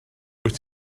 wyt